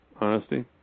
Honesty